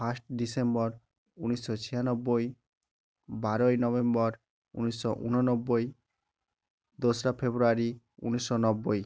first December উনিশশো ছিয়ানব্বই বারোই নভেম্বর উনিশশো উননব্বই দোসরা ফেব্রুয়ারি উনিশশো নব্বই